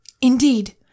Indeed